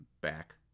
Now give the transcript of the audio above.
back